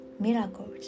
miracles